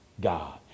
God